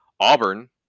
auburn